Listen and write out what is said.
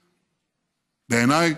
בעיניי,